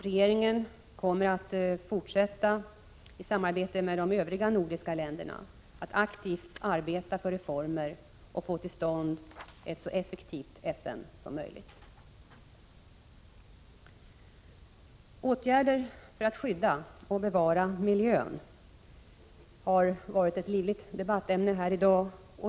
Regeringen kommer att fortsätta att i samarbete med de övriga nordiska länderna aktivt arbeta för reformer och för ett så effektivt FN som möjligt. Åtgärder för att skydda och bevara miljön har varit föremål för en livlig debatt här i dag.